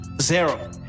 Zero